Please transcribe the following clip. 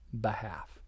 behalf